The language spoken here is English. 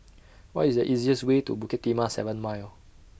What IS The easiest Way to Bukit Timah seven Mile